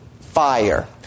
fire